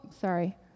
sorry